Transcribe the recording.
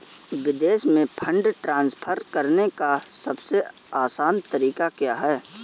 विदेश में fund transfer करने का सबसे आसान तरीका क्या है?